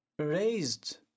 raised